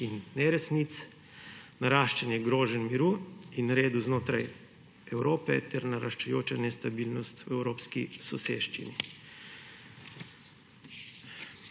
in neresnic, naraščanje groženj miru in redu znotraj Evrope ter naraščajoča nestabilnost v evropski soseščini.